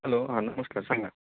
hello आ नमस्कार सांगात